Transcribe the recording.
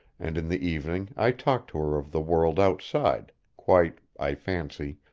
and in the evening i talked to her of the world outside, quite, i fancy,